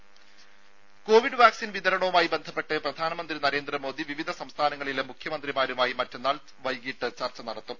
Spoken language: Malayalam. ദര കോവിഡ് വാക്സിൻ വിതരണവുമായി ബന്ധപ്പെട്ട് പ്രധാനമന്ത്രി നരേന്ദ്രമോദി വിവിധ സംസ്ഥാനങ്ങളിലെ മുഖ്യമന്ത്രിമാരുമായി മറ്റന്നാൾ വൈകീട്ട് ചർച്ച നടത്തും